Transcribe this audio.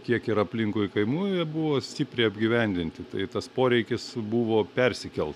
kiek ir aplinkui kaimų jie buvo stipriai apgyvendinti tai tas poreikis buvo persikelt